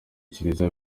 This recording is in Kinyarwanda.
kiliziya